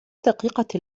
دقيقة